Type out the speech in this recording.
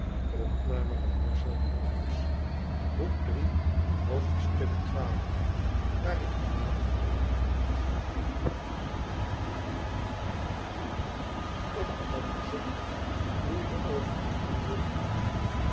waarin kwaad gebrouwen wordt op kwam de zon vloeide over geheel londen heen